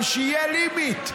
אבל שיהיה limit.